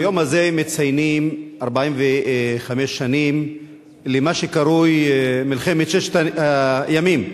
היום הזה מציינים 45 שנים למה שקרוי "מלחמת ששת הימים".